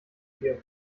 hier